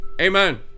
Amen